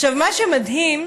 מה שמדהים,